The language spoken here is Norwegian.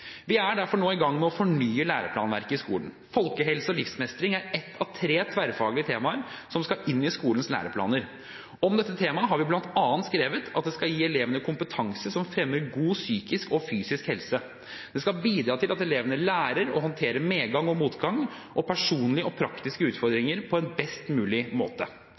Vi er derfor nå i gang med å fornye læreplanverket for skolen. Folkehelse og livsmestring er ett av tre tverrfaglige temaer som skal inn i skolens læreplaner. Om dette temaet har vi bl.a. skrevet at det skal gi elevene kompetanse som fremmer god psykisk og fysisk helse. Det skal bidra til at elevene lærer å håndtere medgang og motgang og personlige og praktiske utfordringer på en best mulig måte.